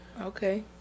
Okay